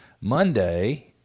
Monday